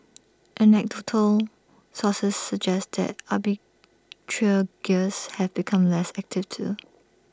anecdotal sources suggest that arbitrageurs have become less active too